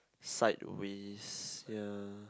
sideways ya